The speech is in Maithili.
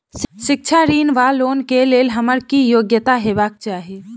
शिक्षा ऋण वा लोन केँ लेल हम्मर की योग्यता हेबाक चाहि?